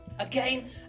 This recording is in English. again